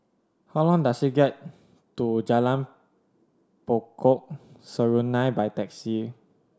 how long does it get to Jalan Pokok Serunai by taxi